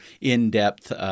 in-depth